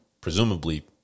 presumably